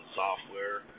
software